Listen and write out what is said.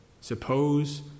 suppose